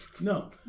No